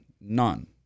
None